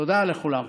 תודה לכולם.